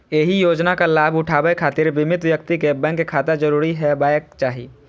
एहि योजनाक लाभ उठाबै खातिर बीमित व्यक्ति कें बैंक खाता जरूर होयबाक चाही